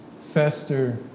fester